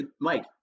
Mike